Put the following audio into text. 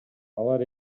алар